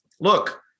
Look